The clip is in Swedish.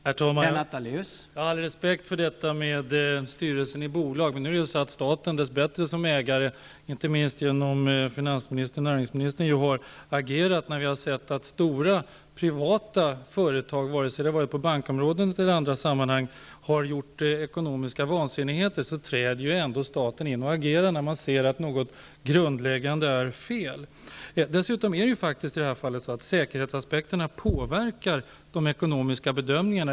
Herr talman! Jag har respekt för argumentet att det finns en styrelse i bolag. Nu har staten som ägare dess bättre, genom finans och näringsministrarnas försorg, agerat när stora privata företag, vare sig det har gällt banker eller i andra sammanhang, har gjort ekonomiska vansinnigheter. Staten har ändå trätt in och agerat när man har sett att något grundläggande inte fungerar. Säkerhetsaspekterna påverkar de ekonomiska bedömningarna.